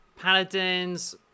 Paladins